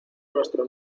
nuestro